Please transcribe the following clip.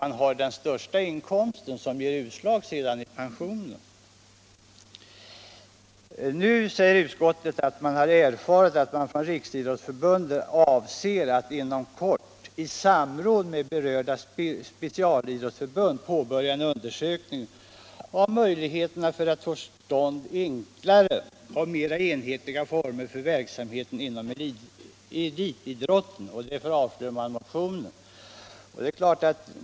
Det är ju den största inkomsten som ger utslag i pensionen. Nu säger utskottet att man erfarit att Riksidrottsförbundet inom kort avser att ”i samråd med närmast berörda specialidrottsförbund påbörja en undersökning av möjligheterna att få till stånd enklare och mera enhetliga former för verksamheten inom elitidrotten”. Därför avstyrker utskottet motionen.